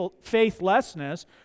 faithlessness